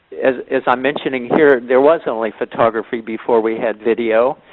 as as i'm mentioning here, there was only photography before we had video.